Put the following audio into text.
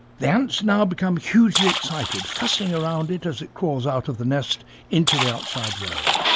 the ants now become hugely excited, fussing around it as it crawls out of the nest into the outside world.